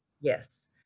Yes